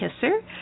kisser